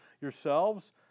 yourselves